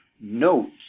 notes